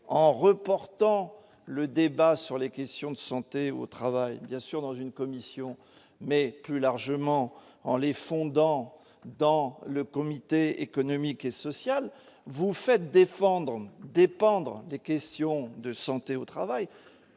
en reportant le débat sur les questions de santé au travail bien sûr dans une commission, mais plus largement en les fondant dans le comité économique et social, vous faites défendre dépendre des questions de santé au travail,